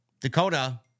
Dakota